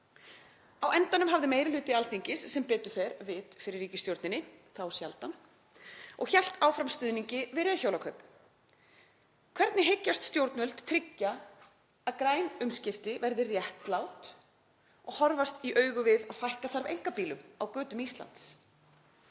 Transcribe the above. Á endanum hafði meiri hluti Alþingis sem betur fer vit fyrir ríkisstjórninni, þá sjaldan, og hélt áfram stuðningi við reiðhjólakaup. Hvernig hyggjast stjórnvöld tryggja að græn umskipti verði réttlát og horfast í augu við að fækka þarf einkabílum á götum Íslands?